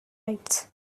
rights